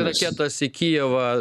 raketas į kijevą